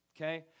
okay